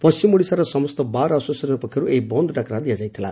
ପଣିମ ଓଡ଼ିଶାର ସମସ୍ତ bar association ପକ୍ଷର୍ ଏହି ବନ୍ଦ୍ ଡାକରା ଦିଆଯାଇଥିଲା